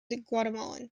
guatemalan